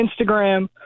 Instagram